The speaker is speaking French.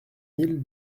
mille